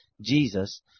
Jesus